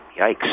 yikes